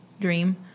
dream